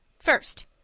first.